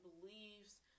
beliefs